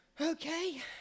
Okay